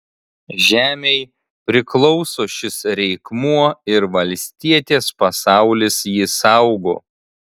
žemei priklauso šis reikmuo ir valstietės pasaulis jį saugo